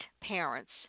parents